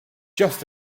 just